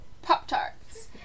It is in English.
pop-tarts